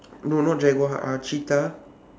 no not jaguar uh cheetah